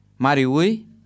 Mariui